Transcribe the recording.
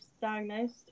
diagnosed